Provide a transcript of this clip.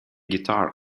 guitar